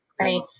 right